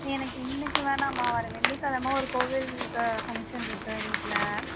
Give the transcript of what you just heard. எனக்கு இன்னைக்கு வேணாம்மா வர வெள்ளிக்கிழம ஒரு கோவில்க்கு ஃபங்க்ஷன் இருக்கு வீட்டில்